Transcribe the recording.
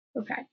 Okay